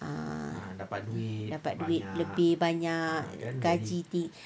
ah dapat duit lebih banyak kan gaji